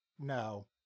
no